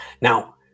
Now